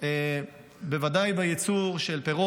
בוודאי בייצור של פירות,